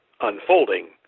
unfolding